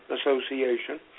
Association